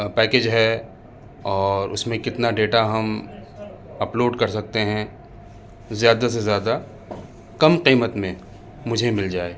package ہے اور اس میں کتنا ڈیٹا ہم اپ لوڈ کر سکتے ہیں زیادہ سے زیادہ کم قیمت میں مجھے مل جائے